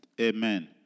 Amen